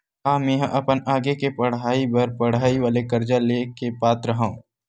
का मेंहा अपन आगे के पढई बर पढई वाले कर्जा ले के पात्र हव?